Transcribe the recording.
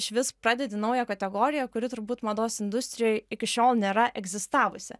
išvis pradedi naują kategoriją kuri turbūt mados industrijoj iki šiol nėra egzistavusi